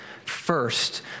First